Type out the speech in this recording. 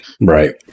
right